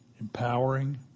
Empowering